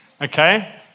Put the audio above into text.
Okay